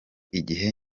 igihe